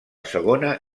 segona